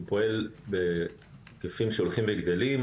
הוא פועל בהיקפים שהולכים וגדלים ,